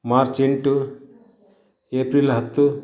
March ಎಂಟು April ಹತ್ತು